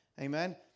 Amen